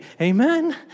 Amen